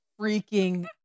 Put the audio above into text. freaking